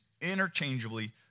interchangeably